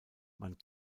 man